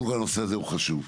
קודם כל הנושא הזה הוא חשוב.